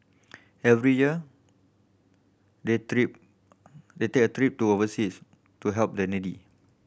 every year they take a trip to overseas to help the needy